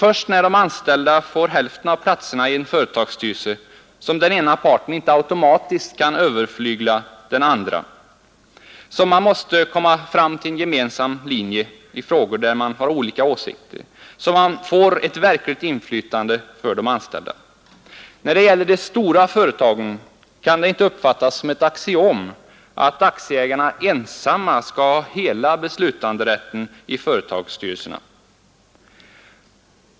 Det är först när de anställda får hälften av platserna i en företagsstyrelse som den ena parten inte automatiskt kan överflygla den andra; man måste då komma fram till en gemensam linje i frågor där man har olika åsikter, och de anställda får ett verkligt inflytande. När det gäller de stora företagen kan det inte uppfattas som ett axiom att aktieägarna ensamma skall ha hela beslutanderätten i företagsstyrelserna.